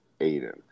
Aiden